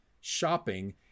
shopping